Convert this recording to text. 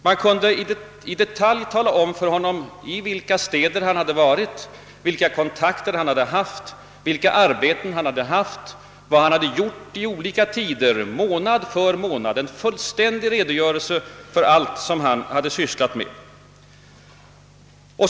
Man kunde tala om för honom i vilka städer han hade varit, vilka kontakter och vilka arbeten han hade haft och vad han hade gjort under olika tider månad för månad — en fullständig redogörelse för allt som han hade sysslat med under 25 år.